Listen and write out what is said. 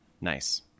Nice